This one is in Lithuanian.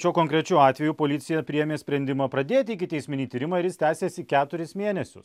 šiuo konkrečiu atveju policija priėmė sprendimą pradėti ikiteisminį tyrimą ir jis tęsiasi keturis mėnesius